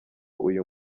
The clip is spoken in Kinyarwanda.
uyu